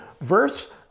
verse